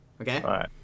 okay